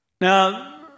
Now